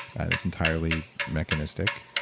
and it's entirely mechanistic.